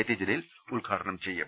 T Jaleel ഉദ്ഘാടനം ചെയ്യും